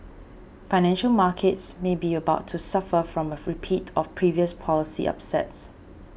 financial markets may be about to suffer from a repeat of previous policy upsets